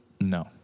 No